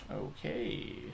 Okay